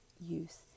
use